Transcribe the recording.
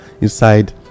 inside